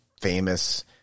famous